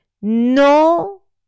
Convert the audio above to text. No